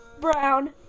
brown